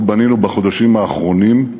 אנחנו בנינו בחודשים האחרונים,